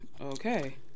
okay